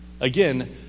Again